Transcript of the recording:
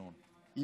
ינון.